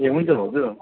ए हुन्छ भाउजु